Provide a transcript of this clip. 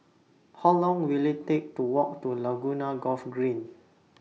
How Long Will IT Take to Walk to Laguna Golf Green